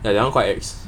ya that [one] quite ex